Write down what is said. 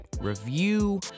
review